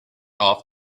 off